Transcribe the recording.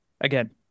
again